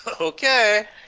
okay